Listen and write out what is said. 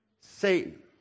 Satan